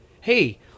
hey